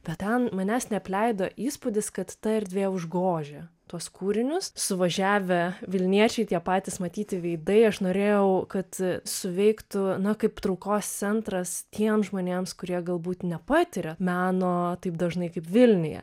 bet ten manęs neapleido įspūdis kad ta erdvė užgožia tuos kūrinius suvažiavę vilniečiai tie patys matyti veidai aš norėjau kad suveiktų na kaip traukos centras tiems žmonėms kurie galbūt nepatiria meno taip dažnai kaip vilniuje